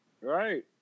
right